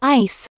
ice